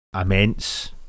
immense